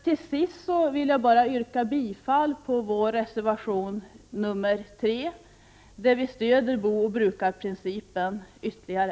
Till sist vill jag yrka bifall till reservation nr 3, där vi stöder booch brukarprincipen ytterligare.